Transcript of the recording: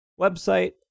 website